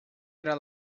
era